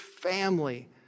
family